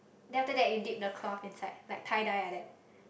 then after that you deep the cloth inside like the dye like that